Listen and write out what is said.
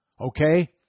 Okay